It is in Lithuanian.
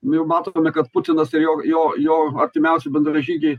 jau matome kad putinas ir jo jo jo artimiausi bendražygiai